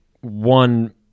one